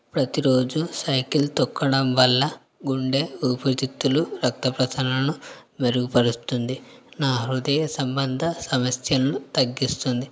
ప్రతి రోజూ సైకిల్ తొక్కడం వల్ల గుండె ఊపిరి తిత్తులు రక్త ప్రసరణను మెరుగుపరుస్తుంది నా హృదహయ సంబంద సమస్యలను తగ్గిస్తుంది